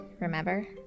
remember